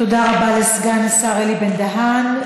תודה רבה לסגן השר אלי בן-דהן.